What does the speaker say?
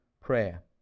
prayer